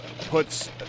puts